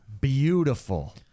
Beautiful